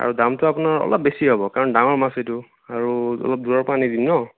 আৰু দামটো আপোনাৰ অলপ বেছি হ'ব কাৰণ ডাঙৰ মাছ এইটো আৰু অলপ দূৰৰ পৰা আনি দিম ন'